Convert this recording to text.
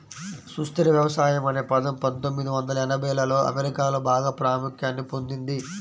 సుస్థిర వ్యవసాయం అనే పదం పందొమ్మిది వందల ఎనభైలలో అమెరికాలో బాగా ప్రాముఖ్యాన్ని పొందింది